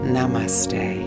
Namaste